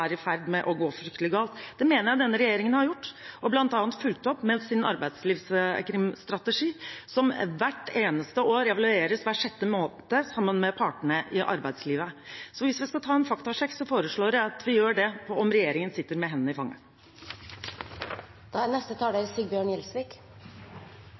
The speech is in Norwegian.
er i ferd med å gå fryktelig galt. Det mener jeg denne regjeringen har gjort og fulgt opp, bl.a. med sin strategi mot arbeidslivskriminalitet, som evalueres hver sjette måned sammen med partene i arbeidslivet. Hvis vi skal ta en faktasjekk, foreslår jeg at vi gjør det på om regjeringen sitter med hendene i fanget. Til diskusjonen om skattefradrag: Det er